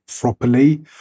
properly